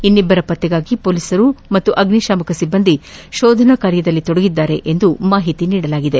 ಇನ್ನಿಬ್ಬರ ಪತ್ತೆಗಾಗಿ ಪೊಲೀಸರು ಮತ್ತು ಅಗ್ನಿಶಾಮಕ ಸಿಬ್ಬಂದಿ ಶೋಧನಾ ಕಾರ್ಯದಲ್ಲಿ ತೊಡಗಿದ್ದಾರೆ ಎಂದು ಮಾಹಿತಿ ನೀಡಿದ್ದಾರೆ